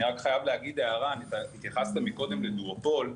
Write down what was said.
אני רק חייב להעיר הערה התייחסת קודם לדואופול,